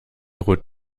rot